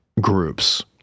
groups